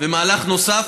ומהלך נוסף,